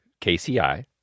KCI